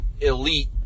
elite